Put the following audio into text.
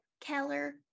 Keller